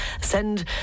send